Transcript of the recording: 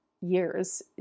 years